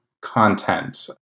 content